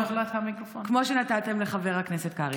כמו שנתתם לחבר הכנסת קרעי.